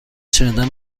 شنیدن